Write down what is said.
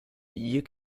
you